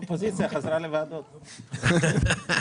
הצבעה אושר.